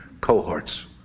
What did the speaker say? cohorts